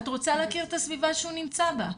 את רוצה להכיר את הסביבה שהוא נמצא בה,